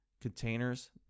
containers